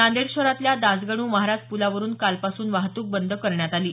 नांदेड शहरातल्या दासगणू महाराज पुलावरून कालपासून वाहतूक बंद करण्यात आली आहे